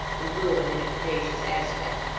and ruin in a capacious aspect.